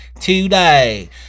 today